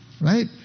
Right